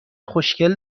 خوشکل